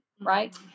right